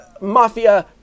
mafia